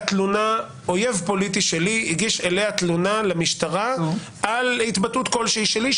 אויב פוליטי שלי הגיש אליה תלונה למשטרה על התבטאות כלשהי שלי,